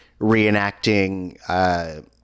reenacting